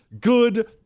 good